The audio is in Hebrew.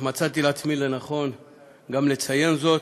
אז מצאתי לנכון לציין גם זאת.